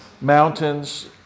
mountains